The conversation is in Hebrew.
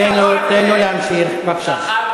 אתה לא יכול לעשות פועל,